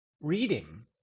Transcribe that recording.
reading